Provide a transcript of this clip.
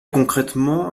concrètement